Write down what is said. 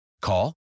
Call